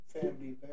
family